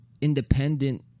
independent